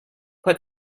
put